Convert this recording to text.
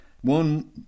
one